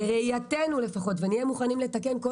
בראייתנו לפחות ונהיה מוכנים לתקן כל